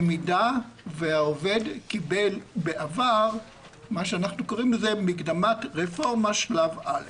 במידה והעובד קיבל בעבר מה אנחנו קוראים מקדמת רפורמה שלב א'.